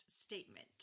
statement